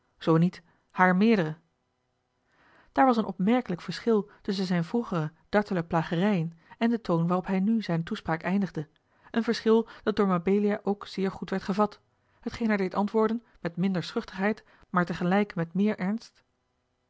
zoo niet haar meerdere daar was een opmerkelijk verschil tusschen zijne vroegere dartele plagerijen en den toon waarop hij nu zijne toespraak eindigde een verschil dat door mabelia ook zeer goed werd gevat hetgeen haar deed antwoorden met minder schuchterheid maar tegelijk met meer ernst